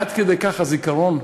עד כדי כך קצר הזיכרון?